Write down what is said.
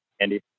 Andy